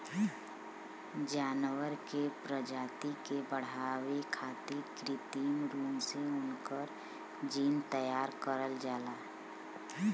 जानवर के प्रजाति के बढ़ावे खारित कृत्रिम रूप से उनकर जीन तैयार करल जाला